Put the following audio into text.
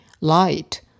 light